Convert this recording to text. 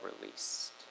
released